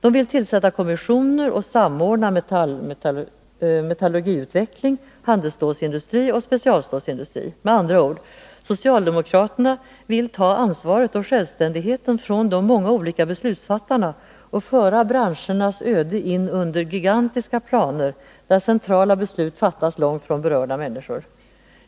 De vill tillsätta kommissioner och samordna metallurgiutveckling, handelsstålsindustri och specialstålsindustri. Med andra ord: socialdemokraterna vill ta ansvaret och självständigheten från de många olika beslutsfattarna och föra branschernas öde in under gigantiska planer, där centrala beslut fattas långt från berörda människor.